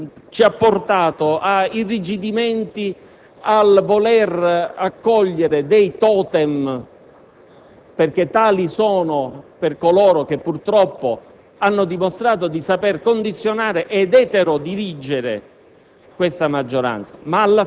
tutto questo ci ha portato a irrigidimenti, al voler accogliere dei *totem*, perché tali sono per coloro che purtroppo hanno dimostrato di sapere condizionare e eterodirigere